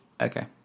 okay